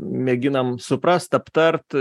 mėginam suprast aptart